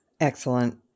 Excellent